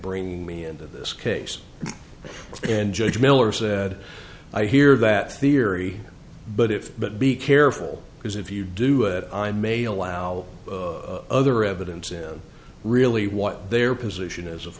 bring me into this case and judge miller said i hear that theory but if but be careful because if you do it i may allow other evidence in really what their position is of